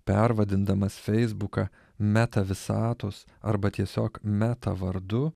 pervadindamas feisbuką meta visatos arba tiesiog meta vardu